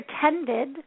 pretended